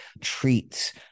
treats